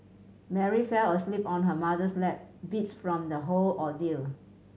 Mary fell asleep on her mother's lap beats from the whole ordeal